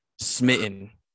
smitten